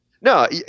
No